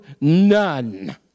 none